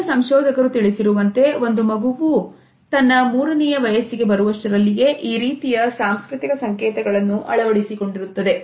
ವಿವಿಧ ಸಂಶೋಧಕರು ತಿಳಿಸಿರುವಂತೆ ಒಂದು ಮಗುವೂ ತನ್ನ ಮೂರನೆಯ ವಯಸ್ಸಿಗೆ ಬರುವಷ್ಟರಲ್ಲಿಯೇ ಈ ರೀತಿಯ ಸಾಂಸ್ಕೃತಿಕ ಸಂಕೇತಗಳನ್ನು ಅಳವಡಿಸಿಕೊಂಡಿರುತ್ತದೆ